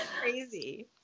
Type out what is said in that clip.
crazy